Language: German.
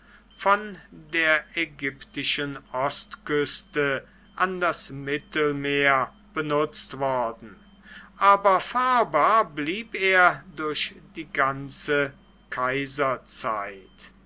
von der ägyptischen ostküste an das mittelmeer benutzt worden aber fahrbar blieb er durch die ganze kaiserzeit kaiser